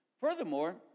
Furthermore